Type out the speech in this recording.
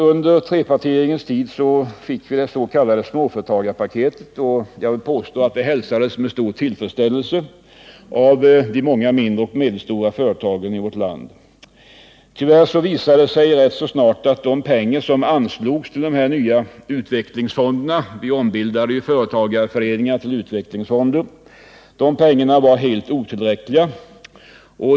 Under trepartiregeringens tid fick vi det s.k. småföretagarpaketet, och jag vill påstå att det hälsades med stor tillfredsställelse av de många mindre och medelstora företagen i vårt land. Tyvärr visade det sig väldigt snart att de pengar som anslogs till de nya utvecklingsfonderna — vi ombildade ju företagarföreningar till utbildningsfonder — var helt otillräckliga.